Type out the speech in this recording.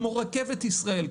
כמו רכבת ישראל,